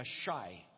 shy